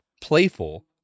playful